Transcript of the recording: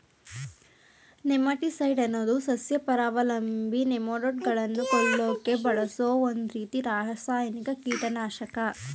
nematicide ಅನ್ನೋದು ಸಸ್ಯಪರಾವಲಂಬಿ ನೆಮಟೋಡ್ಗಳನ್ನ ಕೊಲ್ಲಕೆ ಬಳಸೋ ಒಂದ್ರೀತಿ ರಾಸಾಯನಿಕ ಕೀಟನಾಶಕ